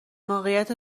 موقعیت